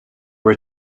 were